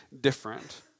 different